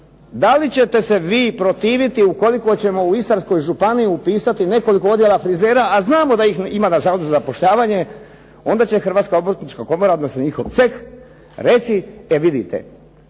da li ćete se vi protiviti ukoliko ćemo u Istarskoj županiji upisati nekoliko odjela frizera, a znamo da ih ima na Zavodu za zapošljavanje, onda će Hrvatska obrtnička komora, odnosno njihov ceh reći, e vidite